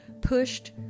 pushed